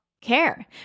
care